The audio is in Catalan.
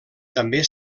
també